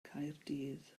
caerdydd